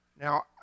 Now